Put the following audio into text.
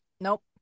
Nope